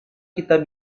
kita